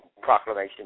proclamation